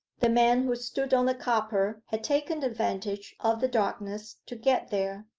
the man who stood on the copper had taken advantage of the darkness to get there,